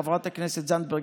חברת הכנסת זנדברג,